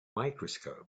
microscope